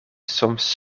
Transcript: soms